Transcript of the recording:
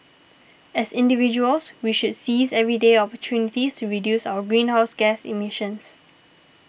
as individuals we should seize everyday opportunities to reduce our greenhouse gas emissions